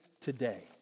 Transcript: today